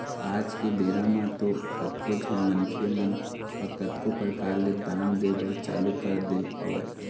आज के बेरा म तो कतको झन मनखे मन ह कतको परकार ले दान दे बर चालू कर दे हवय